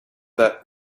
that